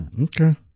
okay